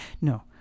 no